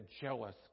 jealous